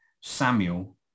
Samuel